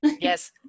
yes